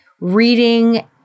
reading